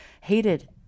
hated